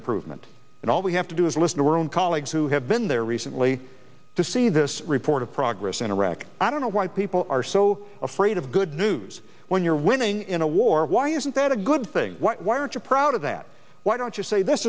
improvement and all we have to do is listen to our own colleagues who have been there recently to see this report of progress in iraq i don't know why people are so afraid of good news when you're winning in a war why isn't that a good thing why rich are proud of that why don't you say this